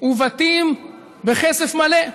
ובתים בכסף מלא.